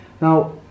Now